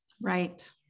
right